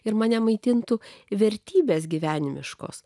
ir mane maitintų vertybes gyvenimiškos